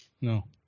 No